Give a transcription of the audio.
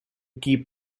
keep